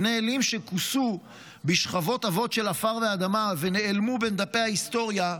בני אלים שכוסו בשכבות עבות של עפר ואדמה ונעלמו בין דפי ההיסטוריה,